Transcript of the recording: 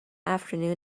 afternoon